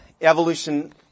evolution